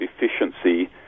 efficiency